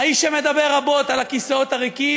האיש שמדבר רבות על הכיסאות הריקים